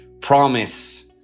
promise